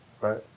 right